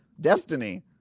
Destiny